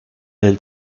del